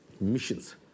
missions